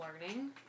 learning